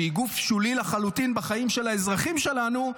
שהיא גוף שולי לחלוטין בחיים של האזרחים שלנו,